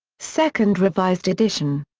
second revised edition.